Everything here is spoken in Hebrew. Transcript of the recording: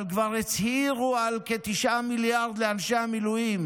אבל כבר הצהירו על כ-9 מיליארד לאנשי המילואים,